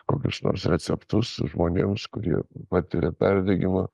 kokius nors receptus žmonėms kurie patiria perdegimą